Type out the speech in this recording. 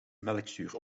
melkzuur